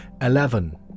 Eleven